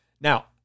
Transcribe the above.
Now